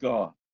God